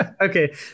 okay